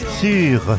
sur